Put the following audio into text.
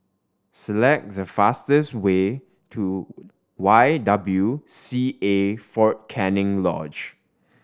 select the fastest way to Y W C A Fort Canning Lodge